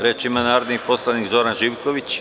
Reč ima narodni poslanik Zoran Živković.